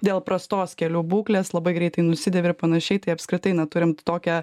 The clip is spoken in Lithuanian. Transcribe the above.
dėl prastos kelių būklės labai greitai nusidėvi ir panašiai tai apskritai na turim t tokią